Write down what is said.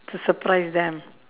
to surprise them